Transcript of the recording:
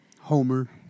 Homer